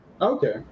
Okay